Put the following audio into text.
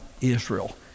Israel